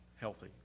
healthy